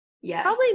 Yes